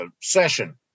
session